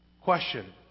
Question